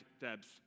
Debs